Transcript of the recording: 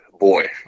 Boy